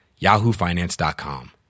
yahoofinance.com